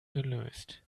gelöst